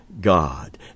God